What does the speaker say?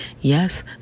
yes